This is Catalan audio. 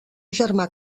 germà